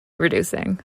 reducing